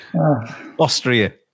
Austria